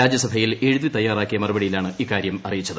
രാജ്യ്സ്ഭയിൽ എഴുതി തയ്യാറാക്കിയ മറുപടിയിലാണ് ഇക്കാര്യും അറിയിച്ചത്